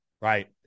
right